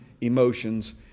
emotions